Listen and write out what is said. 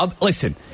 Listen